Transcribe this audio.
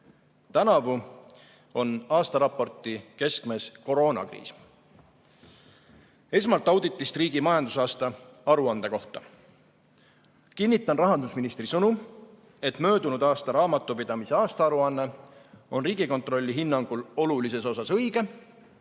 Tänavu on aastaraporti keskmes koroonakriis. Esmalt auditist riigi majandusaasta aruande kohta. Kinnitan rahandusministri sõnu, et möödunud aasta raamatupidamise aastaaruanne on Riigikontrolli hinnangul olulises osas õige